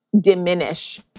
diminish